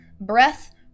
breath